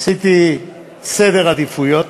עשיתי סדר עדיפויות